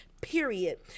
period